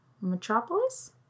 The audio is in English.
Metropolis